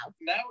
Now